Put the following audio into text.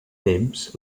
temps